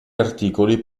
articoli